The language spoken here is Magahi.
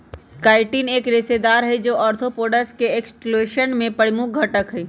काइटिन एक रेशेदार हई, जो आर्थ्रोपोड्स के एक्सोस्केलेटन में प्रमुख घटक हई